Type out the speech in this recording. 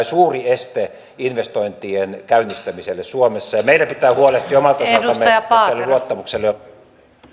suuri este investointien käynnistämiselle suomessa ja meidän pitää huolehtia omalta osaltamme että tälle luottamukselle